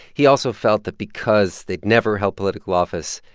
he also felt that because they'd never held political office,